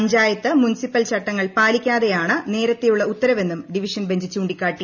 panchayat municipal ചട്ടങ്ങൾ പാലിക്കാതെയാണ് നേരത്തെയുള്ള ഉത്തരവെന്നും ഡിവിഷൻ ബെഞ്ച് ചൂണ്ടിക്കാട്ടി